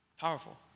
powerful